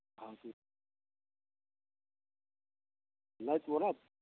हॅं ठीक नहि तऽ ओना होयत